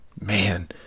man